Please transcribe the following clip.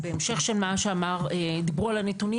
בהמשך לנתונים שדיברו עליהם,